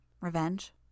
Revenge